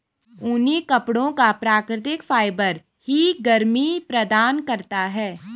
ऊनी कपड़ों का प्राकृतिक फाइबर ही गर्मी प्रदान करता है